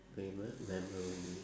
favourite memory